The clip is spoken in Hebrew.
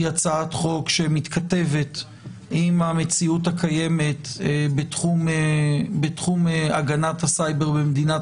היא הצעת חוק שמתכתבת עם המציאות הקיימת בתחום הגנת הסייבר במדינת